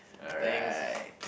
all right